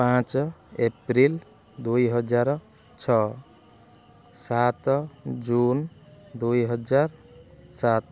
ପାଞ୍ଚ ଏପ୍ରିଲ୍ ଦୁଇ ହଜାର ଛଅ ସାତ ଜୁନ୍ ଦୁଇ ହଜାର ସାତ